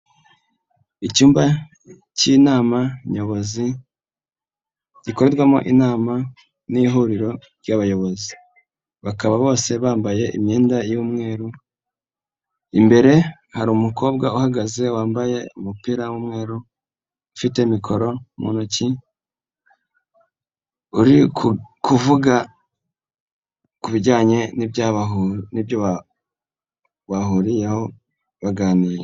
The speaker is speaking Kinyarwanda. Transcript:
Icyumba k'inama nyobozi gikorwamo inama n'ihuriro ry'abayobozi, bakaba bose bambaye imyenda y'umweru, imbere hari umukobwa uhagaze wambaye umupira w'umweru, ufite mikoro mu ntoki uri kuvuga ku bijyanye nibyo bahuriyeho baganira.